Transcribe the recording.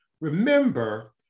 Remember